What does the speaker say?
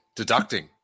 deducting